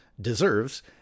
deserves